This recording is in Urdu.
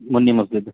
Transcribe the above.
منی مسجد